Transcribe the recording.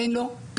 אין לו פתרון.